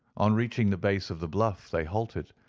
on reaching the base of the bluff they halted,